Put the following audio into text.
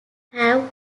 have